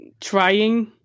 trying